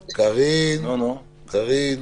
קארין,